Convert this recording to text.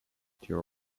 your